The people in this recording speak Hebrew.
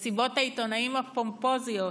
בין מסיבות העיתונאים הפומפוזיות,